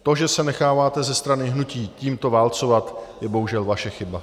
To, že se necháváte ze strany hnutí tímto válcovat, je bohužel vaše chyba.